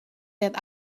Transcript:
that